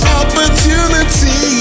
opportunity